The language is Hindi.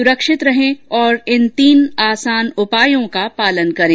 सुरक्षित रहें और इन तीन आसान उपायों का पालन करें